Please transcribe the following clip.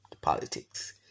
politics